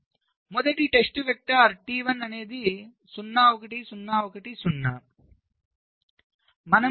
మొదటి test vector T1 0 1 0 1 0